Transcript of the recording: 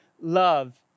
love